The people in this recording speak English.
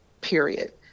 period